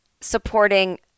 supporting